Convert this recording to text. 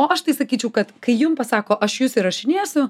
o aš tai sakyčiau kad kai jum pasako aš jus įrašinėsiu